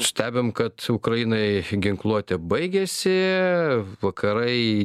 stebim kad ukrainai ginkluotė baigiasi vakarai